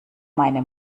meine